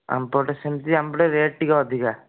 ଆମ ପଟେ ସେମିତି ଆମ ପଟେ ରେଟ୍ ଟିକେ ଅଧିକା